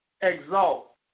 exalt